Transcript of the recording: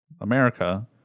America